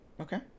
Okay